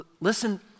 Listen